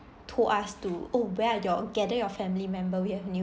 told us to oh where are your gather your family member we have